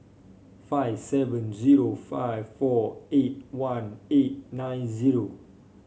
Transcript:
five seven zero five four eight one eight nine zero